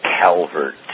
Calvert